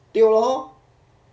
对 lor